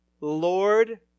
Lord